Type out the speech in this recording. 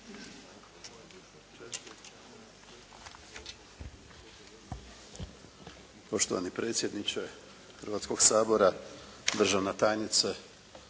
Poštovani potpredsjedniče Hrvatskog sabora, poštovana državna tajnice,